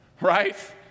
Right